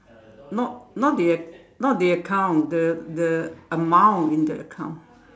not not the a~ not the account the the amount in the account